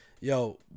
yo